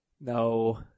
No